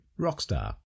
Rockstar